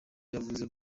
yavuze